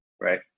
right